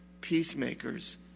Peacemakers